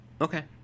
Okay